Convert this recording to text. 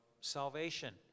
salvation